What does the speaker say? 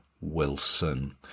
Wilson